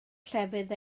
llefydd